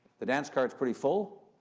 the dance card's pretty full.